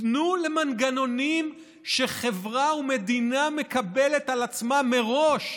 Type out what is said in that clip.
תנו למנגנונים שחברה, שמדינה, מקבלת על עצמה מראש,